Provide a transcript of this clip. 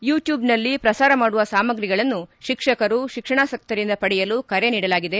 ಯುಟ್ಕೊಬ್ನಲ್ಲಿ ಪ್ರಸಾರ ಮಾಡುವ ಸಾಮಗ್ರಿಗಳನ್ನು ಶಿಕ್ಷಕರು ಶಿಕ್ಷಣಾಸತ್ತರಿಂದ ಪಡೆಯಲು ಕರೆ ನೀಡಲಾಗಿದೆ